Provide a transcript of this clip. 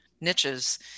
niches